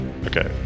okay